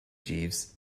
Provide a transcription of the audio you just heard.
jeeves